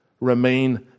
remain